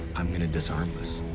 i'm gonna disarm this.